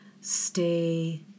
Stay